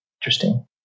Interesting